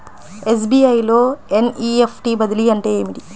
SBI లో NEFT బదిలీ అంటే ఏమిటి?